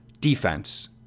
defense